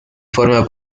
forma